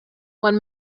one